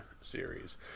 series